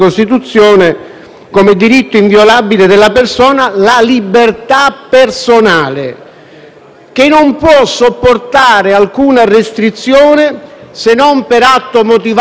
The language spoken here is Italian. che non può sopportare alcuna restrizione «se non per atto motivato dall'autorità giudiziaria e nei soli casi e modi previsti dalla legge».